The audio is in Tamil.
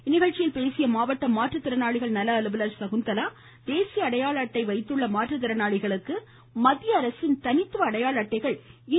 இந்நிகழ்ச்சியில் பேசிய மாவட்ட மாற்றுத்திறனாளிகள் நல அலுவலர் சகுந்தலா தேசிய அடையாள அட்டை வைத்துள்ள மாற்றுத்திறனாளிகளுக்கு மத்திய அரசின் தனித்துவ அடையாள அட்டை இன்று முதல் வழங்கப்படுவதாக கூறினார்